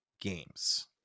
games